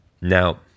Now